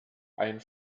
ein